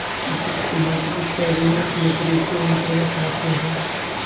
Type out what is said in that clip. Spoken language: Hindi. वित्त मंत्री कैबिनेट मंत्री के अंतर्गत आते है